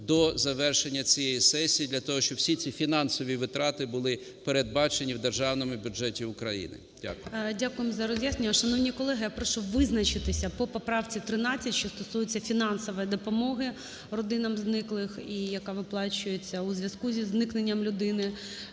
до завершення цієї сесії, для того щоб ці всі фінансові витрати були передбачені в Державному бюджеті України. Дякую. ГОЛОВУЮЧИЙ. Дякуємо за роз'яснення. Шановні колеги, я прошу визначитись по поправці 13, що стосується фінансової допомоги родинам зниклих і яка виплачується у зв'язку зі зникненням людини